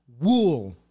Wool